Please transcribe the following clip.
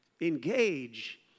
engage